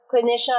clinician